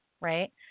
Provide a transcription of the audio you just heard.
Right